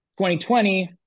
2020